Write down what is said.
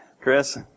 Chris